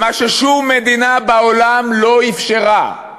למה ששום מדינה בעולם לא אפשרה: